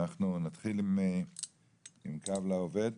נתחיל עם קו לעובד